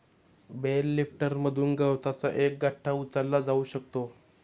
bell लिफ्टरमधून गवताचा एक गठ्ठा उचलला जाऊ शकतो